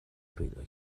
پیدا